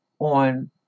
on